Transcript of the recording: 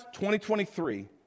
2023